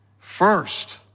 first